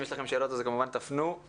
אם יש לכם שאלות, כמובן תפנו.